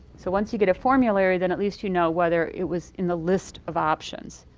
so once you get a formulary, then at least you know whether it was in the list of options.